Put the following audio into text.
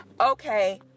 okay